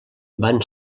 van